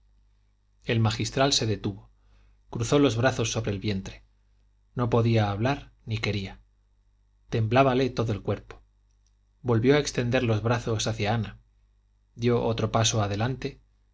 el magistral se detuvo cruzó los brazos sobre el vientre no podía hablar ni quería temblábale todo el cuerpo volvió a extender los brazos hacia ana dio otro paso adelante